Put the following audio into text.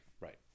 Right